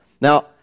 Now